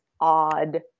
odd